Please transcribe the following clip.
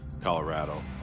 Colorado